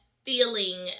feeling